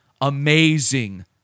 amazing